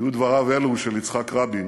יהיו דבריו אלו של יצחק רבין